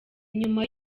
nyuma